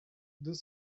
deux